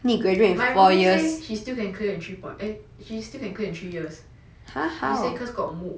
my friend say she still can clear in three point eh she still can clear in three years she say cause got MOOC